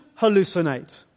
hallucinate